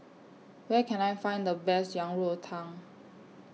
Where Can I Find The Best Yang Rou Tang